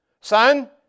Son